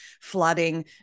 flooding